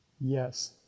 Yes